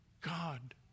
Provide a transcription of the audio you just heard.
God